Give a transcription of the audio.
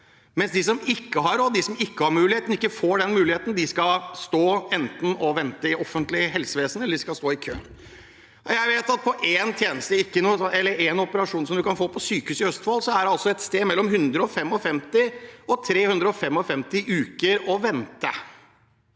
mens de som ikke har råd, som ikke har muligheten og ikke får muligheten, skal stå og vente, enten i det offentlige helsevesenet eller i kø. Jeg vet at for en operasjon man kan få på sykehuset i Østfold, er det et sted mellom 155 og 355 uker å vente.